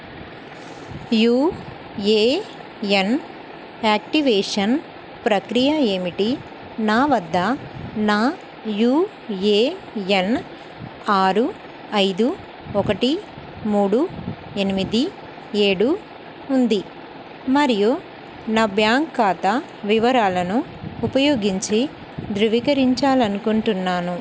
UAN activation ప్రక్రియ ఏమిటి నా వద్ద నా యుఏఎన్ ఆరు ఐదు ఒకటి మూడు ఎనిమిది ఏడు ఉంది మరియు నా బ్యాంక్ ఖాతా వివరాలను ఉపయోగించి ధృవీకరించాలనుకుంటున్నాను